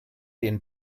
den